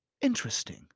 interesting